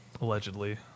Allegedly